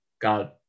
God